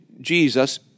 Jesus